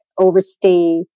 overstay